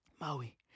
Maui